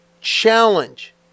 challenge